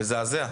מזעזע.